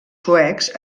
suecs